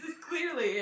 clearly